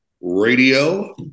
radio